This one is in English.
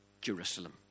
Jerusalem